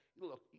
Look